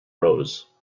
rose